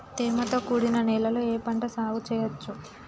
తేమతో కూడిన నేలలో ఏ పంట సాగు చేయచ్చు?